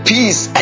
Peace